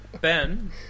Ben